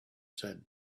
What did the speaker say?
said